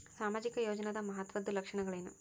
ಸಾಮಾಜಿಕ ಯೋಜನಾದ ಮಹತ್ವದ್ದ ಲಕ್ಷಣಗಳೇನು?